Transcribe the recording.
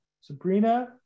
Sabrina